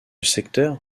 secteur